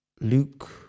Luke